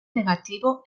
negativo